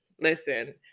listen